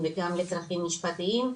וגם לצרכים משפטיים,